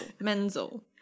Menzel